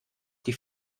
die